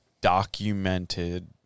documented